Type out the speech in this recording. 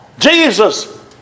Jesus